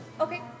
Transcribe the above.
Okay